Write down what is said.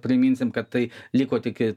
priminsim kad tai liko tik